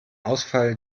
ausfall